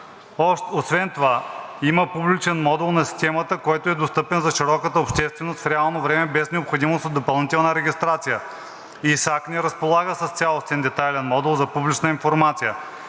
Освен това има публичен модул на системата, който е достъпен за широката общественост в реално време, без необходимост от допълнителна регистрация. ИСАК не разполага с цялостен детайлен модул за публична информация.